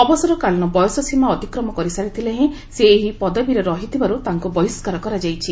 ଅବସରକାଳୀନ ବୟସ ସୀମା ଅତିକ୍ମ କରିସାରିଥିଲେ ହେଁ ସେ ଏହି ପଦବୀରେ ରହିଥିବାର୍ ତାଙ୍କ ବହିଷ୍କାର କରାଯାଇଛି